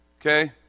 Okay